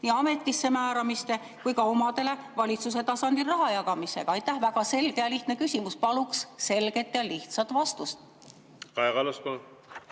nii ametisse määramiste kui ka omadele valitsuse tasandil raha jagamisega? Väga selge ja lihtne küsimus. Paluks selget ja lihtsat vastust.